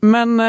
Men